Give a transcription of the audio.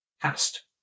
cast